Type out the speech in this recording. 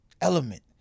element